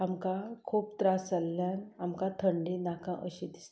आमकां खूब त्रास जाल्ल्यान आमकां थंडी नाका अशी दिसता